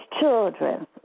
children